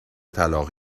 طلاق